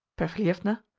perfilievna.